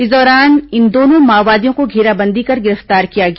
इस दौरान इन दोनों माओवादियों को घेराबंदी कर गिरफ्तार किया गया